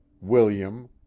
William